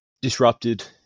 disrupted